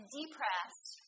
depressed